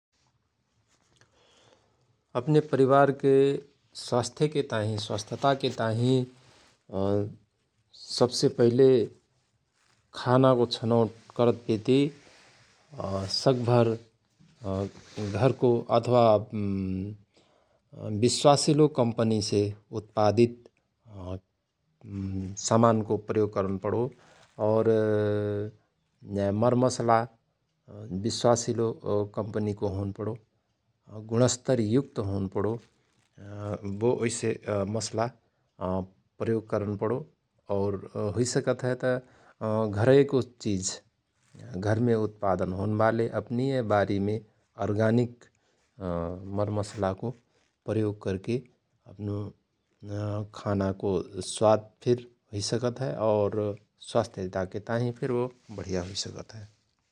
अपने परिवारके स्वास्थ्यके ताहिं स्वस्थताके ताहिं सवसे पहिले खानाको छनोट करतपेती अँ सकभर घरको अथवा विश्वासिलो कम्पनिसे उत्पादित सामानको प्रयोग करनपणो और मर मसला विश्वासिलो कम्पनिको होनपणो । गुणस्तरयुक्त होन पणो । बो उईसे मसला प्रयोग करनपणो । हुईसकहयत घरयको चिझ घरमे उत्पादन होन बाले अपनिय बारीमे अर्गानिक मरमसलाको प्रयोग करके अपनो खानाको स्वाद फिर हुइृ सकत हय और स्वथ्यताके ताहिं फिर बो बढिया हुईसकतहय ।